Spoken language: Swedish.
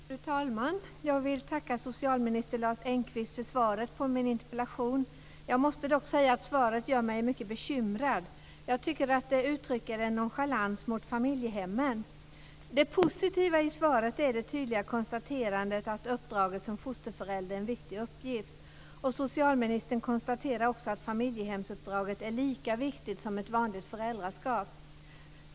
Fru talman! Jag vill tacka socialminister Lars Engqvist för svaret på min interpellation. Jag måste dock säga att svaret gör mig mycket bekymrad. Jag tycker att det uttrycker en nonchalans mot familjehemmen. Det positiva i svaret är det tydliga konstaterandet att uppdraget som fosterförälder är en viktig uppgift. Socialministern konstaterar också att familjehemsuppdraget är lika viktigt som ett vanligt föräldraskap.